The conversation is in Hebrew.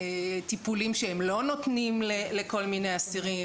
שלל טיפולים שהם לא נותנים לכל מיני אסירים,